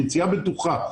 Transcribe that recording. יציאה בטוחה.